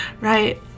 Right